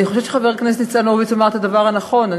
אני חושבת שחבר הכנסת ניצן הורוביץ אמר את הדבר הנכון.